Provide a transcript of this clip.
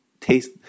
taste